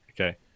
okay